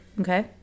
Okay